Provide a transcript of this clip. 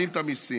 מעלים את המיסים,